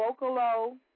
Vocalo